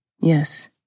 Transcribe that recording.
Yes